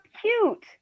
cute